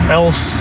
else